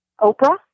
Oprah